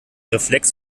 reflex